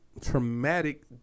traumatic